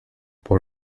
por